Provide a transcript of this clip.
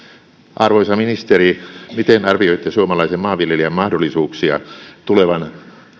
arvoisa ministeri miten arvioitte suomalaisen maanviljelijän mahdollisuuksia